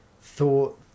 thought